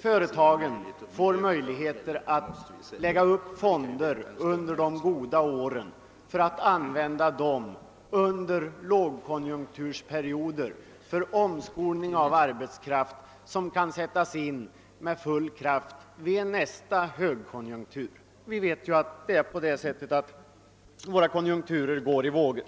företagen får möjligheter att under de goda åren lägga upp fonder som de sedan under en lågkonjunktur kan använda för omskolning av arbetskraft inför nästa högkonjunktur. — Vi vet ju att konjunkturerna går i vågor.